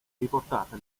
riportate